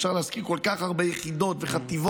אפשר להזכיר כל כך הרבה יחידות וחטיבות